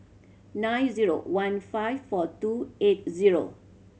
nine zero one five four two eight zero